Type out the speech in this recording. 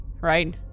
right